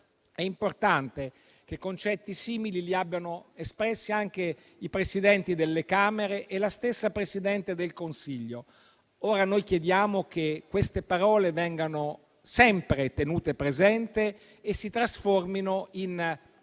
È importante che concetti simili li abbiano espressi anche i Presidenti delle Camere e la stessa Presidente del Consiglio. Ora noi chiediamo che queste parole vengano sempre tenute presenti e si trasformino in